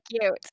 cute